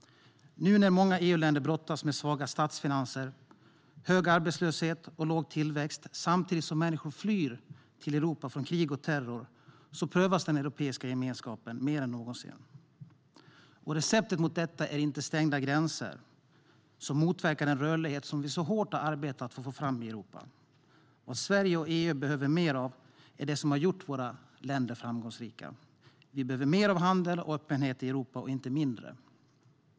Nu när många EU-länder brottas med svaga statsfinanser, hög arbetslöshet och låg tillväxt, samtidigt som människor flyr till Europa från krig och terror, prövas den Europeiska gemenskapen mer än någonsin. Receptet mot detta är inte stängda gränser som motverkar den rörlighet som vi så hårt arbetat för att få fram i Europa. Vad Sverige och EU behöver mer av är det som har gjort våra länder framgångsrika. Vi behöver mer av handel och öppenhet i Europa, inte mindre.